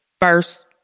first